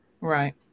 Right